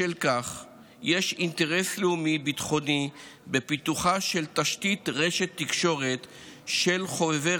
בשל כך יש אינטרס לאומי ביטחוני בפיתוחה של תשתית רשת תקשורת של חובבי